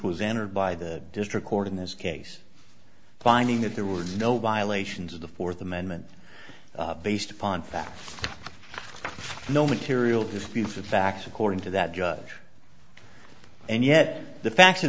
was entered by the district court in this case finding that there were no violations of the fourth amendment based upon fact no material dispute the facts according to that judge and yet the fact